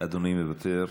אדוני מוותר,